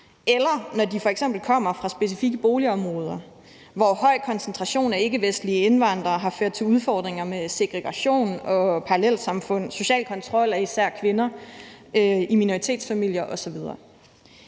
eller når de f.eks. kommer fra specifikke boligområder, hvor en høj koncentration af ikkevestlige indvandrere har ført til udfordringer med segregation, parallelsamfund og social kontrol af især kvinder i minoritetsfamilier osv.